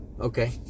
Okay